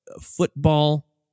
football